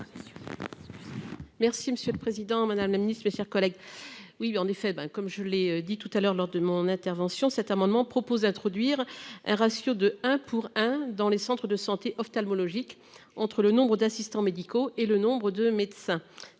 Merci, monsieur le Président Madame la Ministre, chers collègues. Oui en effet ben comme je l'ai dit tout à l'heure lors de mon intervention, cet amendement propose d'introduire un ratio de 1 pour 1 dans les centres de santé ophtalmologique entre le nombre d'assistants médicaux, et le nombre de médecins